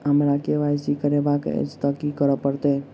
हमरा केँ Y C करेवाक अछि तऽ की करऽ पड़तै?